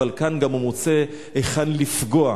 אבל כאן גם הוא מוצא היכן לפגוע.